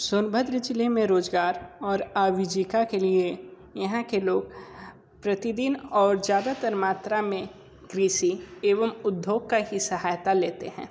सोनभद्र ज़िले में रोज़गार और आवीजीका के लिए यहाँ के लोग प्रतिदिन और ज़्यादातर मात्रा में कृषि एवं उधोग का ही सहायता लेते हैं